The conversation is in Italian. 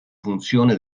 funzione